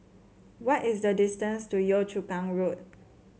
what is the distance to Yio Chu Kang Road